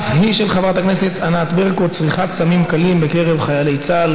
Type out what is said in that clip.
אף היא של חברת הכנסת ענת ברקו: צריכת סמים קלים בקרב חיילי צה"ל.